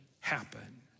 happen